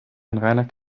reiner